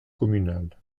communal